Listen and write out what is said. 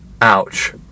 Ouch